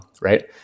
right